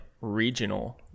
regional